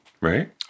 Right